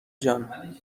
جان